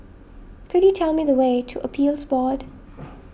could you tell me the way to Appeals Board